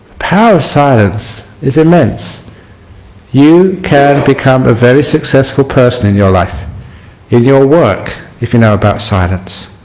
power of silence is immense you can become a very successful person in your life in your work, if you know about silence.